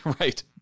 right